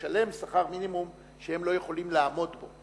לשלם שכר מינימום שהם לא יכולים לעמוד בו.